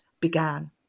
began